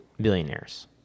billionaires